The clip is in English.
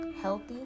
healthy